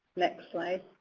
next slide.